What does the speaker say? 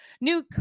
new